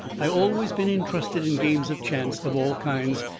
i always been intrusted in games of chancet of all kinds,